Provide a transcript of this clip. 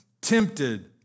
tempted